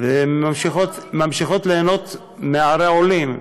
והן ממשיכות ליהנות כערי עולים.